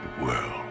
world